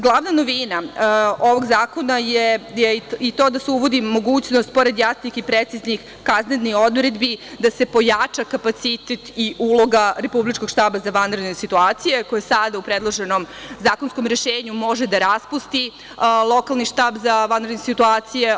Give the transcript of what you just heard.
Glavna novina ovog zakona je i to da se uvodi mogućnost, pored jasnih i preciznih kaznenih odredbi, da se pojača kapacitet i uloga Republičkog štaba za vanredne situacije, koji sada u predloženom zakonskom rešenju može da raspusti lokalni štab za vanredne situacije.